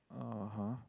(uh huh)